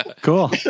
Cool